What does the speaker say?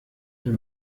wenn